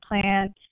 plan